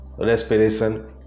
respiration